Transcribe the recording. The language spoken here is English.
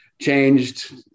changed